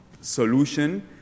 solution